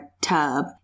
tub